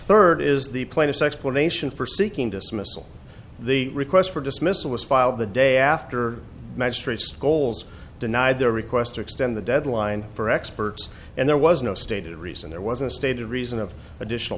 third is the plaintiff's explanation for seeking dismissal the request for dismissal was filed the day after magistrate scholes denied their request to extend the deadline for experts and there was no stated reason there wasn't stated reason of additional